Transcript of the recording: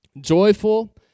joyful